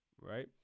right